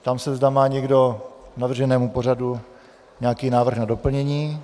Ptám se, zda má někdo k navrženému pořadu nějaký návrh na doplnění.